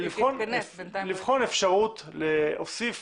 לבחון אפשרות להוסיף